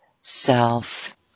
self